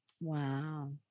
wow